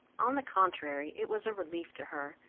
on the contrary it was a relief to her,